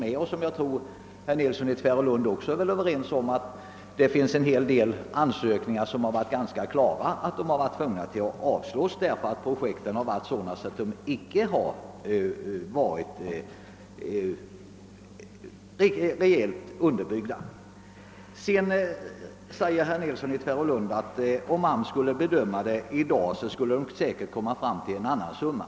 Jag tror att herr Nilsson i Tvärålund medger att det varit berättigat att avslå vissa ansökningar eftersom projekten inte har varit reellt underbyggda. Herr Nilsson i Tvärålund sade att om AMS i dag skulle bedöma läget skulle man komma fram till en helt annan summa.